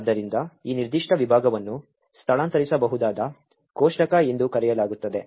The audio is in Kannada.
ಆದ್ದರಿಂದ ಈ ನಿರ್ದಿಷ್ಟ ವಿಭಾಗವನ್ನು ಸ್ಥಳಾಂತರಿಸಬಹುದಾದ ಕೋಷ್ಟಕ ಎಂದು ಕರೆಯಲಾಗುತ್ತದೆ